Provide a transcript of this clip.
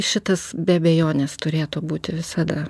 šitas be abejonės turėtų būti visada